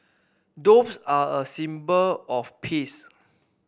doves are a symbol of peace